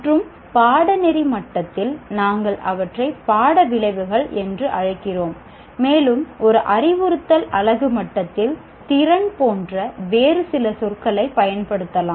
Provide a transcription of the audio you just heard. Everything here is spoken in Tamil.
மற்றும் பாடநெறி மட்டத்தில் நாங்கள் அவற்றை பாட விளைவுகள் என்று அழைக்கிறோம் மேலும் ஒரு அறிவுறுத்தல் அலகு மட்டத்தில் திறன் போன்ற வேறு சில சொற்களைப் பயன்படுத்தலாம்